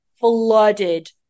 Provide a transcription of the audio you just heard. flooded